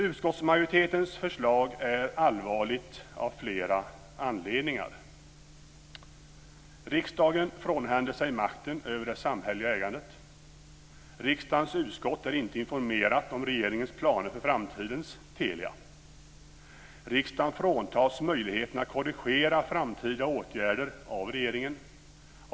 Utskottsmajoritetens förslag är allvarligt av flera anledningar. Riksdagen frånhänder sig makten över det samhälleliga ägandet. Riksdagens utskott är inte informerat om regeringens planer för framtidens Telia. Riksdagen fråntas möjligheten att korrigera framtida åtgärder av regeringen.